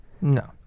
No